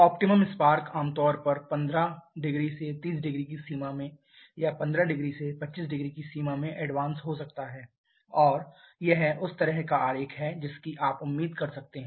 optimum spark आमतौर पर 150 से 300 की सीमा में या 150 से 250 की सीमा में एडवांस हो सकता है और यह उस तरह का आरेख है जिसकी आप उम्मीद कर सकते हैं